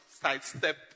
sidestep